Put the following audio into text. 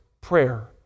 prayer